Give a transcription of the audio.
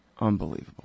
Unbelievable